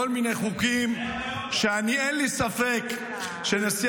כל מיני חוקים ------- שאין לי ספק שנשיא